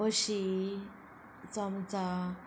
बशी चमचा